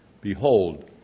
Behold